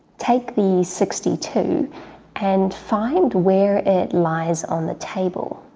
take the sixty two and find where it lies on the table.